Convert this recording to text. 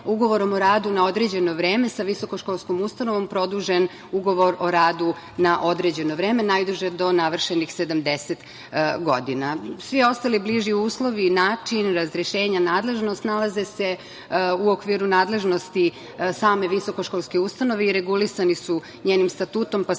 ugovorom o radu na određeno vreme sa visokoškolskom ustanovom produžen ugovor o radu na određeno vreme najduže do navršenih 70 godina. Svi ostali bliži uslovi, način razrešenja, nadležnost nalaze se u okviru nadležnosti same visokoškolske ustanove i regulisani su njenim statutom, pa se